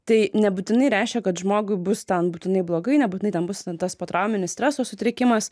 tai nebūtinai reiškia kad žmogui bus ten būtinai blogai nebūtinai ten bus ten tas potrauminis streso sutrikimas